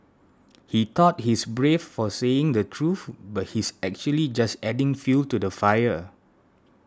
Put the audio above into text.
he thought he's brave for saying the truth but he's actually just adding fuel to the fire